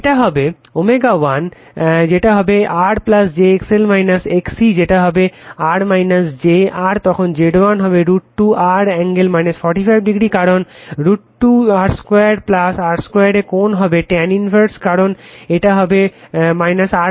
একটি হবে ω1 এ যেটা হবে R j XL XC যেটা হবে R - jR তখন Z1 হবে √ 2 R∠ 45° কারণ √ R 2 R 2 এ কোণ হবে tan 1 কারণ এটা হবে RR